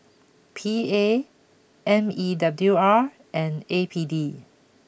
P A M E W R and A P D